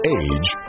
age